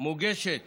מוגשת